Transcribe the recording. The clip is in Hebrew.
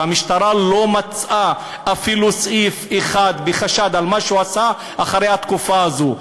והמשטרה לא מצאה אפילו סעיף אחד בחשד על מה שהוא עשה אחרי התקופה הזו,